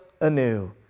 anew